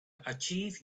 achieve